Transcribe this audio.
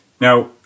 Now